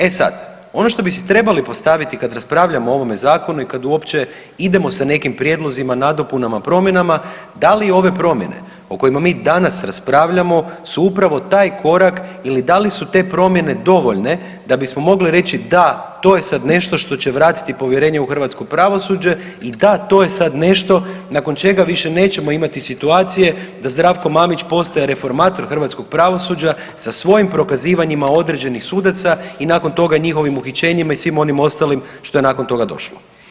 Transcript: E sad, ono što bi si trebali postaviti kad raspravljamo o ovome zakonu i kad uopće idemo sa nekim prijedlozima, nadopunama, promjenama, da li ove promjene o kojima mi danas raspravljamo su upravo taj korak ili da li su te promjene dovoljne da bismo mogli reći da to je sad nešto što će vratiti povjerenje u hrvatsko pravosuđe i da to je sad nešto nakon čega više nećemo imati situacije da Zdravko Mamić postaje reformator hrvatskog pravosuđa sa svojim prokazivanjima određenih sudaca i nakon toga njihovim uhićenjima i svim onim ostalim što je nakon toga došlo.